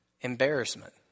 embarrassment